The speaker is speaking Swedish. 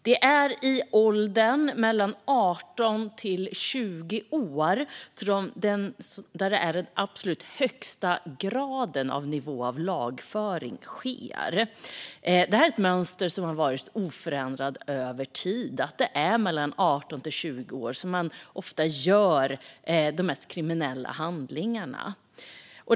Det är i åldern 18-20 år som den absolut högsta graden av lagföring sker. Det är ett mönster som varit oförändrat över tid. Det är mellan 18 och 20 år som man ofta begår de mest kriminella handlingarna.